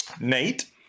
Nate